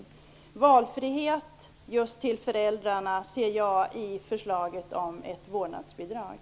I förslaget om ett vårdnadsbidrag ser jag just valfriheten för föräldrarna.